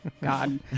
God